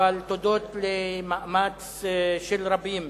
אבל תודות למאמץ של רבים,